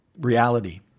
reality